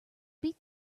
beat